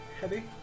heavy